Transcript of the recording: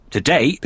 Today